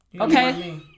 Okay